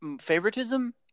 favoritism